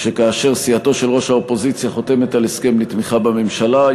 שכאשר סיעתו של ראש האופוזיציה חותמת על הסכם לתמיכה בממשלה,